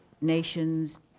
nations